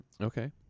Okay